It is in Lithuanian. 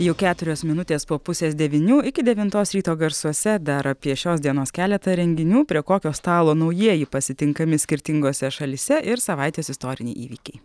jau keturios minutės po pusės devynių iki devintos ryto garsuose dar apie šios dienos keletą renginių prie kokio stalo naujieji pasitinkami skirtingose šalyse ir savaitės istoriniai įvykiai